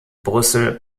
brüssel